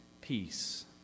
peace